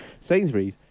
Sainsbury's